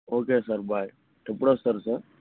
okay sir bye ఎప్పుడొస్తారు sir